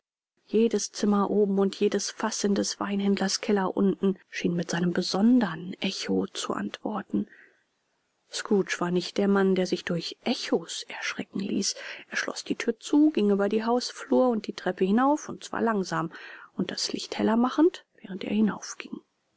jedes zimmer oben und jedes faß in des weinhändlers keller unten schien mit seinem besondern echo zu antworten scrooge war nicht der mann der sich durch echos erschrecken ließ er schloß die thür zu ging über die hausflur und die treppe hinauf und zwar langsam und das licht heller machend während er